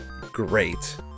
great